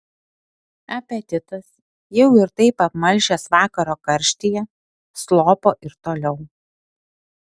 apetitas jau ir taip apmalšęs vakaro karštyje slopo ir toliau